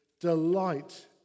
delight